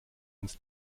uns